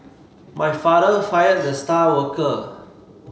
my father fired the star worker